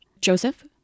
Joseph